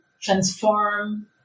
transform